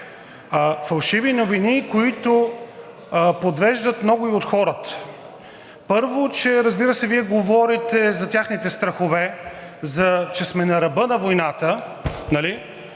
фалшиви новини, които подвеждат много от хората. Първо, разбира се, Вие говорите за техните страхове – че сме на ръба на войната, нали?